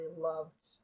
loved